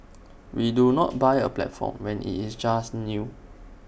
we do not buy A platform when IT is just new